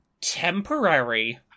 temporary